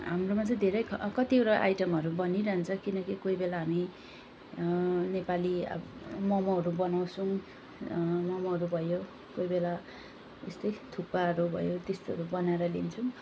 हाम्रोमा चाहिँ धेरै कतिवटा आइटमहरू बनिरहन्छ किनकी कोही बेला हामी नेपाली अब मोमोहरू बनाउछौँ मोमोहरू भयो कोही बेला यस्तै थुक्पाहरू भयो त्यस्तोहरू बनाएर लिन्छौँ